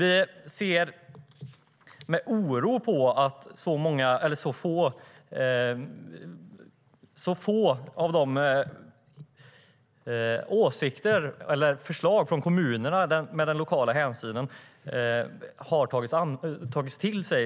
Vi ser med oro på att länsstyrelserna har tagit till sig så få förslag från kommunerna där det har tagits hänsyn till det lokala perspektivet.